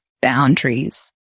boundaries